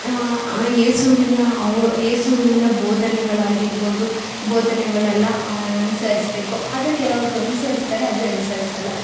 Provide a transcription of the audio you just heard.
ಆ ಯೇಸುವಿನ ಅವ್ ಯೇಸುವಿನ ಬೋಧನೆಗಳಾಗಿರ್ಬೋದು ಬೋಧನೆಗಳನ್ನೆಲ್ಲ ಅನುಸರಿಸಬೇಕು ಆದರೆ ಕೆಲವೊಬ್ಬರು ಅನುಸರಿಸ್ತಾರೆ ಆದರೆ ಅನುಸರಿಸಲ್ಲ